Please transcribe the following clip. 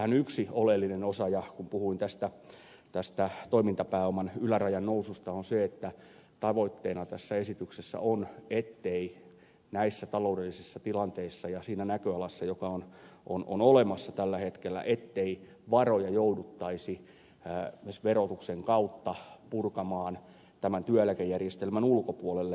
tässähän yksi oleellinen osa kun puhuin tästä toimintapääoman ylärajan noususta on se että tavoitteena tässä esityksessä on ettei näissä taloudellisissa tilanteissa ja siinä näköalassa joka on olemassa tällä hetkellä varoja jouduttaisi esimerkiksi verotuksen kautta purkamaan tämän työeläkejärjestelmän ulkopuolelle